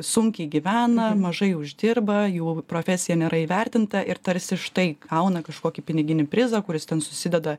sunkiai gyvena mažai uždirba jų profesija nėra įvertinta ir tarsi štai gauna kažkokį piniginį prizą kuris ten susideda